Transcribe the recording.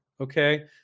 okay